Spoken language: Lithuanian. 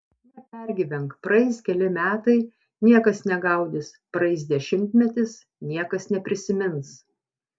nepergyvenk praeis keli metai niekas negaudys praeis dešimtmetis niekas neprisimins